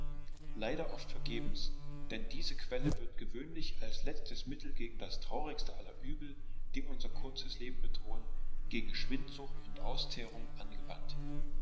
leider oft vergebens denn diese quelle wird gewöhnlich als letztes mittel gegen das traurigste aller übel die unser kurzes leben bedrohen gegen schwindsucht und auszehrung angewandt